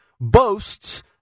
boasts